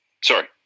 Sorry